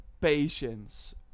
patience